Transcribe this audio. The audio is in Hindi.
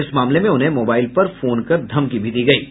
इस मामले में उन्हें मोबाईल पर फोन कर धमकी भी दी गयी है